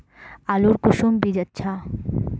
आलूर कुंसम बीज अच्छा?